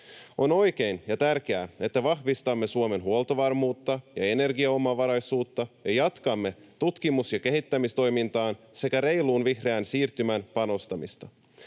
On oikein ja tärkeää, että vahvistamme Suomen huoltovarmuutta ja energiaomavaraisuutta ja jatkamme tutkimus‑ ja kehittämistoimintaan sekä reiluun vihreään siirtymään panostamista.